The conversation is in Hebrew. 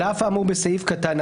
תיקון,